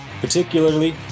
particularly